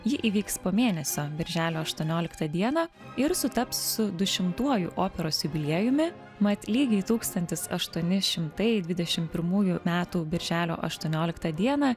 ji įvyks po mėnesio birželio aštuonioliktą dieną ir sutaps su dušimtuoju operos jubiliejumi mat lygiai tūkstantis aštuoni šimtai dvidešim pirmųjų metų birželio aštuonioliktą dieną